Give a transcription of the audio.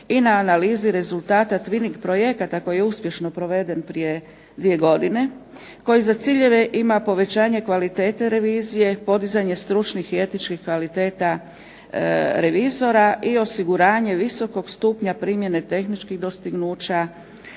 i na analizi rezultata twining projekata koji je uspješno proveden prije dvije godine, koji za ciljeve ima povećanje kvalitete revizije, podizanje stručnih i etičkih kvaliteta revizora i osiguranje visokog stupnja primjene tehničkih dostignuća,